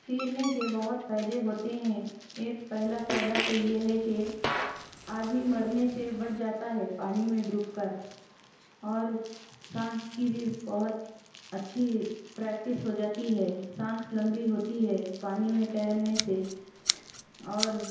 تیرنے کے بہت فائدے ہوتے ہیں ایک پہلا فائدہ تو یہ ہے کہ آدمی مرنے سے بچ جاتا ہے پانی میں ڈوب کر اور سانس کی بھی بہت اچّھی پریکٹس ہو جاتی ہے سانس لمبی ہوتی ہے پانی میں تیرنے سے اور